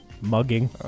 Mugging